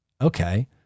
Okay